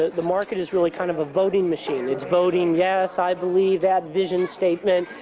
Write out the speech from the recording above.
the market is really kind of a voting machine, it's voting yes i believe that vision statement.